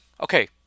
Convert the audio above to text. okay